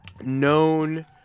known